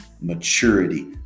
maturity